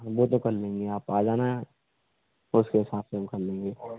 हाँ वो कर लेंगे आप आ जाना यहाँ उसके हिसाब से हम कर लेंगे